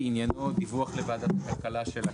חוק קידום התחרות בענף המזון.